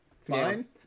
fine